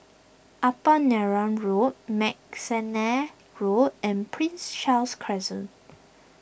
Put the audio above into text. Upper Neram Road McNair Road and Prince Charles Crescent